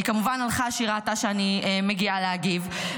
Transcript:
היא כמובן הלכה כשהיא ראתה שאני מגיעה להגיב,